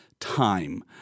time